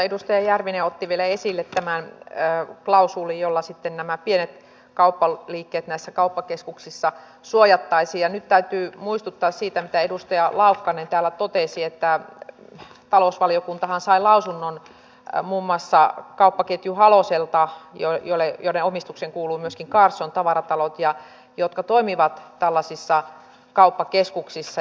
edustaja järvinen otti vielä esille tämän klausuulin jolla sitten nämä pienet kauppaliikkeet näissä kauppakeskuksissa suojattaisiin ja nyt täytyy muistuttaa siitä mitä edustaja laukkanen täällä totesi että talousvaliokuntahan sai lausunnon muun muassa kauppaketju haloselta jonka omistukseen kuuluvat myöskin carlson tavaratalot jotka toimivat tällaisissa kauppakeskuksissa